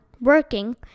working